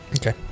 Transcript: okay